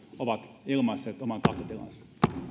ovat ilmaisseet oman tahtotilansa